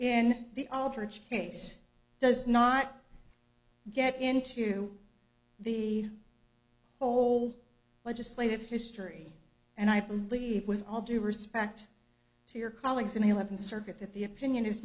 in the aldrich case does not get into the whole legislative history and i believe with all due respect to your colleagues in the eleventh circuit that the opinion is